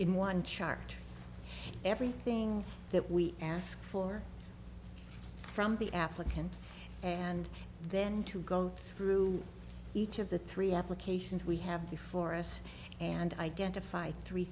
chart everything that we ask for from the applicant and then to go through each of the three applications we have before us and identify three